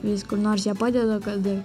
vis kur nors ją padeda kad